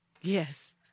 Yes